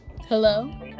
Hello